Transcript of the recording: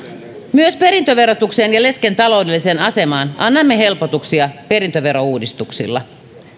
myös perintöverotukseen ja lesken taloudelliseen asemaan annamme helpotuksia perintöverouudistuksilla